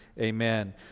Amen